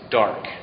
dark